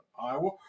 Iowa